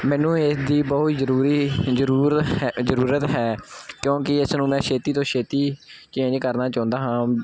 ਮੈਨੂੰ ਇਸ ਦੀ ਬਹੁਤ ਜ਼ਰੂਰੀ ਜ਼ਰੂਰਤ ਹੈ ਜ਼ਰੂਰਤ ਹੈ ਕਿਉਂਕਿ ਇਸ ਨੂੰ ਮੈਂ ਛੇਤੀ ਤੋਂ ਛੇਤੀ ਚੇਂਜ ਕਰਨਾ ਚਾਹੁੰਦਾ ਹਾਂ